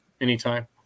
anytime